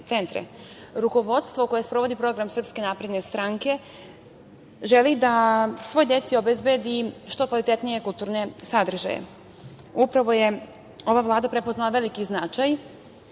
centre. Rukovodstvo koje sprovodi program Srpske napredne stranke želi da svojoj deci obezbedi što kvalitetnije kulturne sadržaje. Upravo je ova Vlada prepoznala veliki značaj